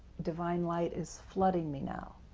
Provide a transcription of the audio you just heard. divine light is flooding me now.